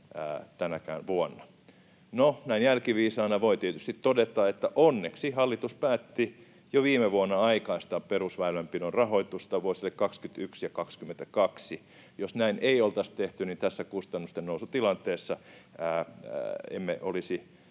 tänäkään vuonna. No, näin jälkiviisaana voi tietysti todeta, että onneksi hallitus päätti jo viime vuonna aikaistaa perusväylänpidon rahoitusta vuosille 21 ja 22. Jos näin ei oltaisi tehty, niin tässä kustannusten nousutilanteessa emme olisi